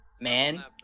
man